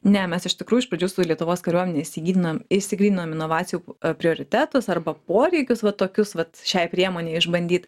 ne mes iš tikrųjų iš pradžių su lietuvos kariuomene įsigilinom išsigryninom inovacijų prioritetus arba poreikius va tokius vat šiai priemonei išbandyt